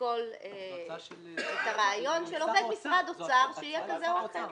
לשקול את הרעיון של עובד משרד אוצר שיהיה כזה או אחר.